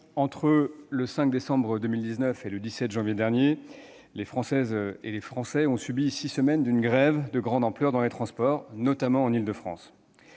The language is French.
entre le 5 décembre et le 17 janvier derniers, les Françaises et les Français ont subi six semaines d'une grève de grande ampleur dans les transports, notamment en Île-de-France.